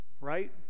right